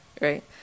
right